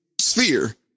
sphere